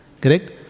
correct